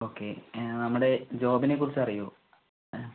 okay നമ്മുടെ ജോബിനെക്കുറിച്ച് അറിയുമോ